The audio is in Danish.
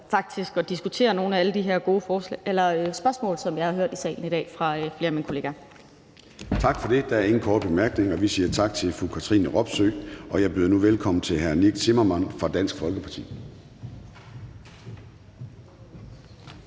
Tak for det. Der er ikke nogen korte bemærkninger. Vi siger tak til fru Katrine Robsøe, og jeg byder nu velkommen til hr. Nick Zimmermann fra Dansk Folkeparti.